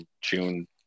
June